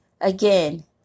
again